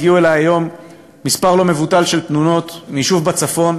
הגיעו אלי היום מספר לא מבוטל של תלונות מיישוב בצפון,